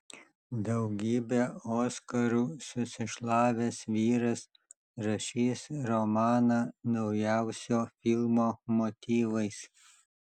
daugybę oskarų susišlavęs vyras rašys romaną naujausio filmo motyvais